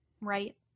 right